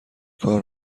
کار